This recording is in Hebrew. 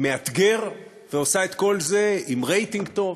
מאתגר, ועושה את כל זה עם רייטינג טוב